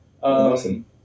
Awesome